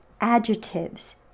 adjectives